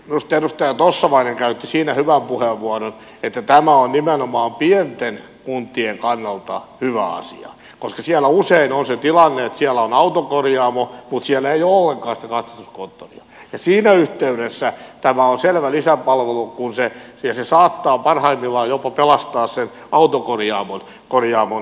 minusta edustaja tossavainen käytti siinä hyvän puheenvuoron että tämä on nimenomaan pienten kuntien kannalta hyvä asia koska siellä usein on se tilanne että siellä on autokorjaamo mutta siellä ei ole ollenkaan sitä katsastuskonttoria ja siinä yhteydessä tämä on selvä lisäpalvelu ja se saattaa parhaimmillaan jopa pelastaa sen autokorjaamon pärjäämisen